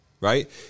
right